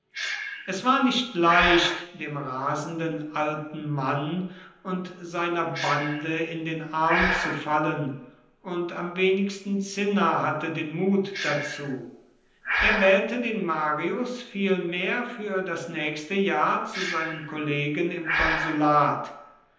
es war nicht leicht dem rasenden alten mann und seiner bande in den arm zu fallen und am wenigsten cinna hatte den mut dazu er wählte den marius vielmehr für das nächste jahr zu seinem kollegen im konsulat